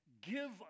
give